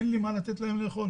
אין לי מה לתת להם לאכול.